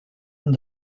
and